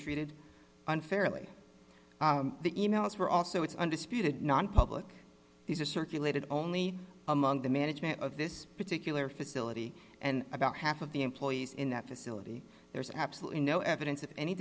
treated unfairly the emails were also it's undisputed nonpublic these are circulated only among the management of this particular facility and about half of the employees in that facility there is absolutely no evidence of any